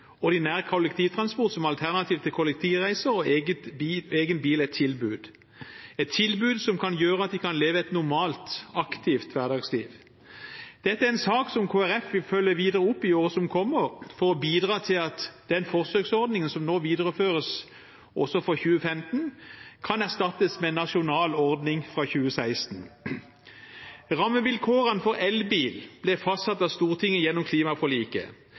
ordinær kollektivtransport som alternativ til kollektivreiser og egen bil, et tilbud – et tilbud som kan gjøre at de kan leve et normalt, aktivt hverdagsliv. Dette er en sak som Kristelig Folkeparti vil følge videre opp i året som kommer for å bidra til at den forsøksordningen som nå videreføres også for 2015, kan erstattes med en nasjonal ordning fra 2016. Rammevilkårene for elbil ble fastsatt av Stortinget gjennom klimaforliket.